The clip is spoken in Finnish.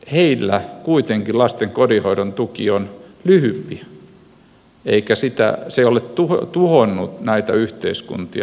heillä kuitenkin lasten kotihoidon tuki on lyhyempi eikä se ole tuhonnut näitä yhteiskuntia